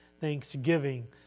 thanksgiving